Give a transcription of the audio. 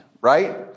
Right